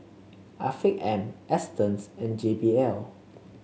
Afiq M Astons and J B L